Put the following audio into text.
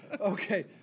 Okay